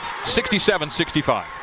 67-65